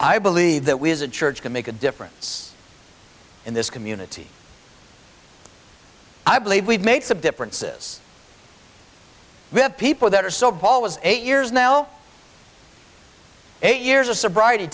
i believe that we as a church can make a difference in this community i believe we've made some differences with people that are so ball was eight years now eight years of sobriety